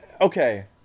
Okay